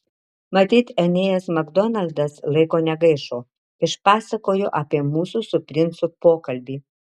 matyt enėjas makdonaldas laiko negaišo išpasakojo apie mūsų su princu pokalbį